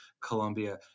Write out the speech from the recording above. Colombia